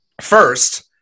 first